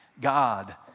God